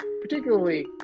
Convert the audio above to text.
Particularly